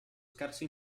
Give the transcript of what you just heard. scarso